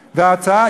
הקבלן.